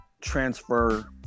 transfer